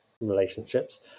relationships